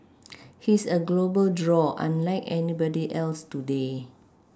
he's a global draw unlike anybody else today